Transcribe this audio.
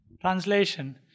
Translation